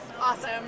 Awesome